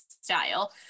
style